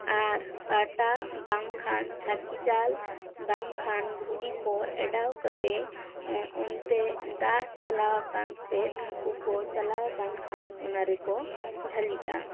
ᱟᱨ ᱯᱟᱴᱟ ᱵᱟᱝᱠᱷᱟᱱ ᱪᱷᱟᱹᱠᱤ ᱡᱟᱞ ᱵᱟᱝ ᱠᱷᱟᱱ ᱜᱷᱩᱜᱤ ᱠᱚ ᱮᱰᱟᱣ ᱠᱟᱛᱮᱜ ᱚᱱᱛᱮ ᱫᱟᱜ ᱪᱟᱞᱟᱣ ᱟᱠᱟᱱ ᱥᱮᱫ ᱦᱟᱹᱠᱩ ᱠᱚ ᱪᱟᱞᱟᱣ ᱟᱠᱟᱱ ᱠᱷᱟᱱ ᱚᱱᱟ ᱨᱮᱠᱚ ᱡᱷᱟᱹᱞᱤᱜᱼᱟ